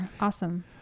Awesome